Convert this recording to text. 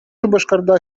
шупашкарта